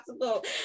possible